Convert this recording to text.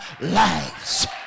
lives